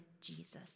jesus